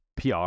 PR